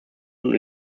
und